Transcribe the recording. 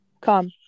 Come